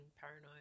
paranoid